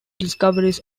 discoveries